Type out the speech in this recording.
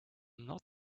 not